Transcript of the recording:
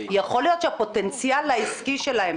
יכול להיות שהפוטנציאל העסקי שלהם,